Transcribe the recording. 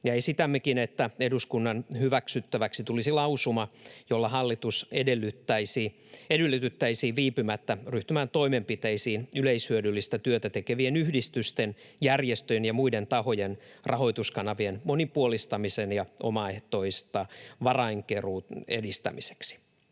Esitämmekin, että eduskunnan hyväksyttäväksi tulisi lausuma, jolla hallitusta edellytettäisiin viipymättä ryhtymään toimenpiteisiin yleishyödyllistä työtä tekevien yhdistysten, järjestöjen ja muiden tahojen rahoituskanavien monipuolistamisen ja omaehtoisen varainkeruun edistämiseksi.